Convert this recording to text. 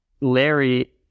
Larry